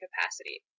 capacity